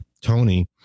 Tony